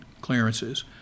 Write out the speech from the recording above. clearances